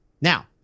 Now